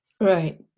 Right